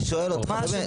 לא, אני שואל אותך.